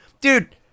dude